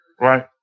right